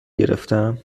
گرفتم